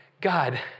God